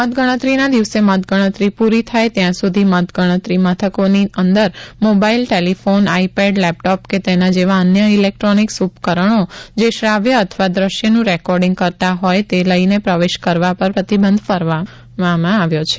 મતગણતરીના દિવસે મતગણતરી પૂરી થાય ત્યાં સુધી મતગણતરી મથકોની અંદર મોબાઇલ ટેલિફોન આઈપેડ લેપટોપ કે તેના જેવા અન્ય ઇલેક્ટ્રોનિક્સ ઉપકરણો જે શ્રાવ્ય અથવા દેશ્યનું રેકોર્ડિંગ કરતાં હોય તે લઈને પ્રવેશ કરવા પર પ્રતિબંધ ફરમાવવામાં આવ્યો છે